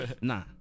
Nah